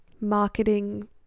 marketing